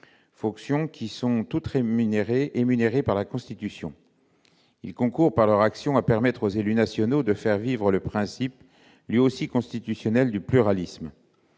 fonctions qui sont toutes énumérées par la Constitution. Ils concourent, par leur action, à permettre aux élus nationaux de faire vivre le principe, lui aussi constitutionnel, du pluralisme.